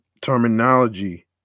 terminology